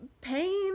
pain